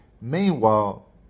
meanwhile